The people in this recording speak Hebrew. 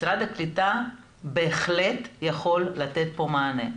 משרד הקליטה בהחלט יכול לתת פה מענה.